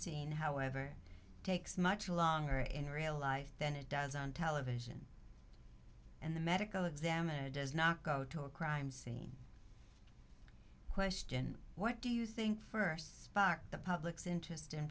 scene however takes much longer in real life than it does on television and the medical examiner does not go to a crime scene question what do you think first sparked the public's interest in